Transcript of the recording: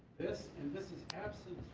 this and this is absent